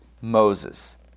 Moses